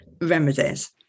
remedies